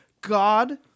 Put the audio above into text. God